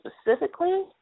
specifically